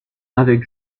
avec